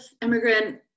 immigrant